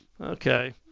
Okay